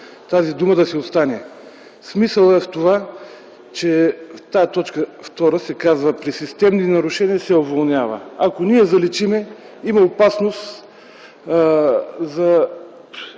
тази дума да остане. Смисълът е в това, че в т. 2 се казва: „при системни нарушения се уволнява”. Ако ние я заличим, има опасност да